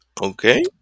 okay